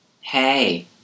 Hey